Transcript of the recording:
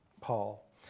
Paul